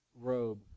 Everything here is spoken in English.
robe